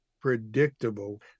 predictable